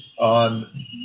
on